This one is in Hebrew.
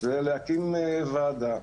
הוא להקים ועדה.